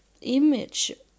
image